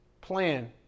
plan